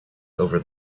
over